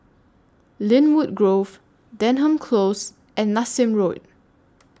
Lynwood Grove Denham Close and Nassim Road